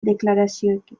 deklarazioekin